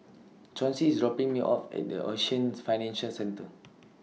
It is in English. Chauncey IS dropping Me off At The Ocean Financial Centre